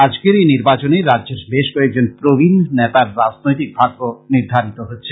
আজকের এই নির্বাচনে রাজ্যের বেশকয়েকজন প্রবীণনেতার রাজনৈতিক ভাগ্য নির্দ্ধারণ হচ্ছে